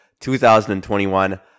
2021